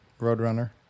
Roadrunner